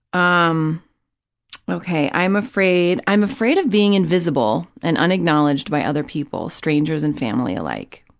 um okay, i'm afraid i'm afraid of being invisible and unacknowledged by other people, strangers and family alike.